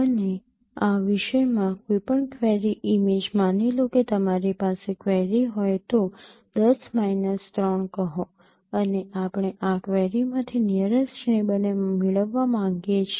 અને આ વિશેષમાં કોઈપણ ક્વેરી ઇમેજ માની લો કે તમારી પાસે ક્વેરી હોય તો ૧૦ માઈનસ ૩ કહો અને આપણે આ ક્વેરીમાંથી નીયરેસ્ટ નેબર ને મેળવવા માંગીએ છીએ